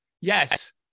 yes